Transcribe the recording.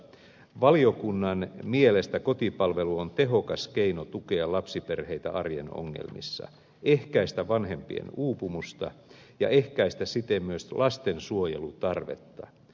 valiokunnan mielestä kotipalvelu on tehokas keino tukea lapsiperheitä arjen ongelmissa ehkäistä vanhempien uupumusta ja ehkäistä siten myös lastensuojelun tarvetta